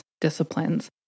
disciplines